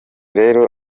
rero